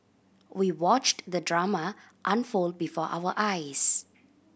we watched the drama unfold before our eyes